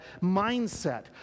mindset